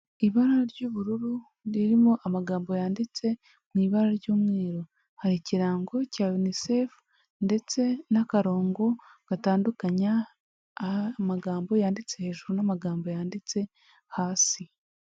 Ibara ry'ubururu ririmo amagambo yanditse mu ibara ry'umweru, hari ikirango cya unisefu ndetse n'akarongo gatandukanya amagambo yanditse hejuru n'amagambo yanditse hasi.